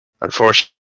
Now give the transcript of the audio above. unfortunately